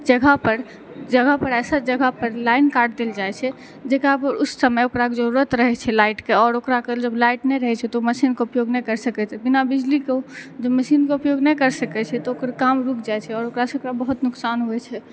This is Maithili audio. जगह पर जगह पर अइसन जगह पर लाइन काटि देल जाइ छै जेकरा पर उस समय जरुरत रहै छै लाइटके और ओकरा के जब लाइट नहि रहै छै तो मशीनके उपयोग नहि कर सकै छै बिना बिजलीके मशीनके उपयोग नहि कर सकइ छै तऽ ओकर काम रुक जाइ छै और ओकरा से ओकरा बहुत नुकसान होइ छै